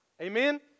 Amen